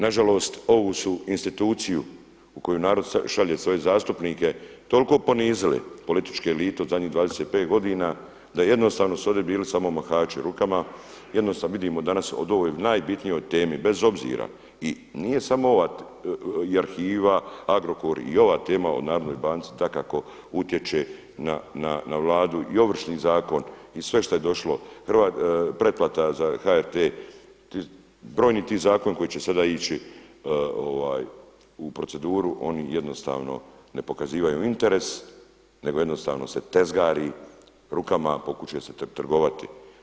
Nažalost ovu su instituciju u koju narod šalje svoje zastupnike toliko ponizili političke elite u zadnjih 25 godina da jednostavno su ovdje bili samo mahači rukama, vidimo danas o ovoj najbitnijoj temi bez obzira i nije samo ova i arhiva, Agrokor i ova tema o Narodnoj banci dakako utječe na Vladu i Ovršni zakon i sve šta je došlo, pretplata za HRT, brojni ti zakoni koji će sada ići u proceduru oni jednostavno ne pokazivaju interes, nego jednostavno se tezgari rukama se pokušava se trgovati.